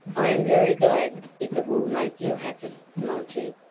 i am very glad if it will make you happy, monty,